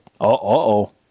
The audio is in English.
Uh-oh